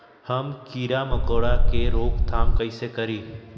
हम किरा मकोरा के रोक थाम कईसे करी?